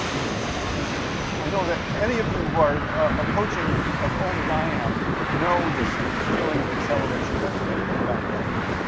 and and i know that any of you who are approaching as old as i am know this this feeling of acceleration that that we've gone through.